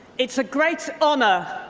it's a great honour